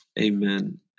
Amen